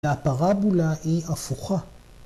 ‫הפרבולה היא הפוכה.